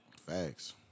Facts